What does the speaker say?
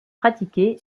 pratiqué